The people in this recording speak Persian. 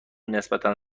نسبتا